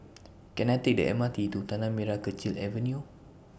Can I Take The M R T to Tanah Merah Kechil Avenue